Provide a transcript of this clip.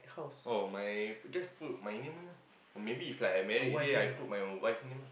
oh my just put my name only ah or maybe if like I married then I put my wife name ah